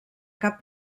cap